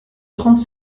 trente